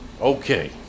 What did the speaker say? Okay